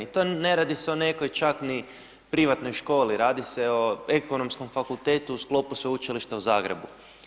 I to ne radi se o nekoj čak ni privatnoj školi, radi se o Ekonomskom fakultetu u sklopu Sveučilišta u Zagrebu.